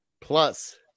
plus